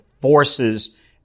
forces